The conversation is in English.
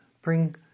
Bring